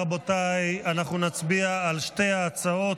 רבותיי, אנחנו נצביע על שתי ההצעות.